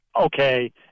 okay